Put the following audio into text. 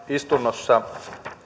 istunnossa